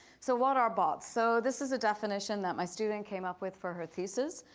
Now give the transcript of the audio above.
so what are bots? so this is a definition that my student came up with for her thesis.